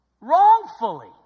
Wrongfully